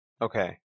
Okay